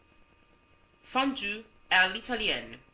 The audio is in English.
fondue a l'italienne